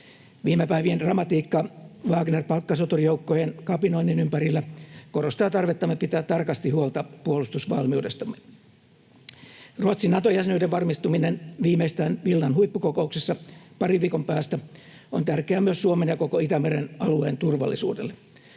Viime päivien dramatiikka Wagner-palkkasoturijoukkojen kapinoinnin ympärillä korostaa tarvettamme pitää tarkasti huolta puolustusvalmiudestamme. Ruotsin Nato-jäsenyyden varmistuminen viimeistään Vilnan huippuko-kouksessa parin viikon päästä on tärkeää myös Suomen ja koko Itämeren alueen turvallisuudelle.